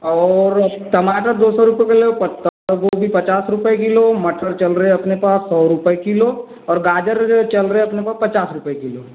और टमाटर दो सौ रुपये किलो पत्ता गोभी पचास रुपये किलो मटर चल रहे है अपने पास सौ रुपये किलो और गाजर चल रहे अपने पास पचास रुपये किलो